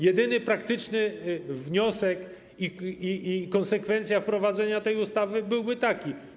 Jedyny praktyczny wniosek i konsekwencja wprowadzenia tej ustawy byłyby takie.